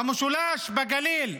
במשולש, בגליל,